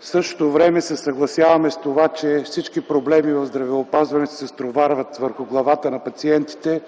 В същото време се съгласяваме с това, че всички проблеми в здравеопазването се стоварват върху главата на пациентите,